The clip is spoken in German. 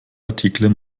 artikel